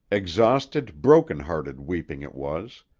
exhausted, broken-hearted weeping it was.